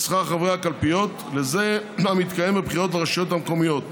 שכר חברי הקלפיות לזה המתקיים בבחירות לרשויות המקומיות,